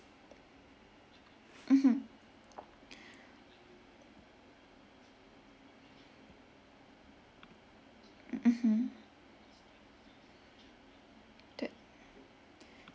mmhmm mmhmm twe~